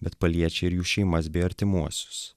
bet paliečia ir jų šeimas bei artimuosius